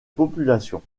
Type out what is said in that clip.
population